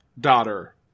daughter